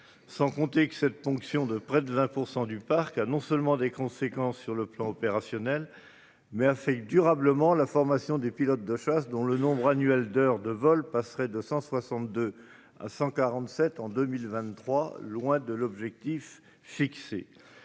Par ailleurs, cette ponction de près de 20 % du parc a des conséquences sur le plan opérationnel et affecte durablement la formation des pilotes de chasse, dont le nombre annuel d'heures de vol passerait de 162 à 147 en 2023, loin de l'objectif fixé